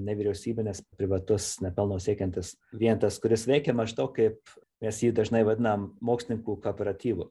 nevyriausybinis privatus nepelno siekiantis vientas kuris veikia maždaug kaip mes jį dažnai vadinam mokslininkų kooperatyvu